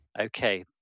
Okay